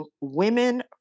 women